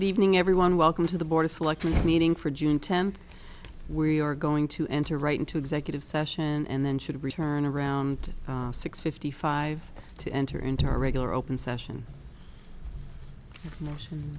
that evening everyone welcome to the board of selectmen meeting for june tenth we are going to enter right into executive session and then should return around six fifty five to enter into our regular open session mo